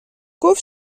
گفت